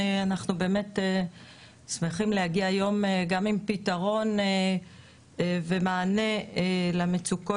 אנחנו באמת שמחים להגיע היום גם עם פתרון ומענה למצוקות